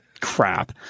crap